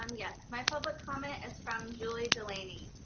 um yes. my public comment is from julie delaney.